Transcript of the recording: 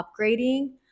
upgrading